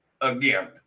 again